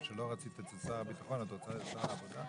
מה שלא רצית אצל שר הביטחון את רוצה אצל שר העבודה?